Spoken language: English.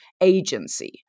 agency